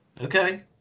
Okay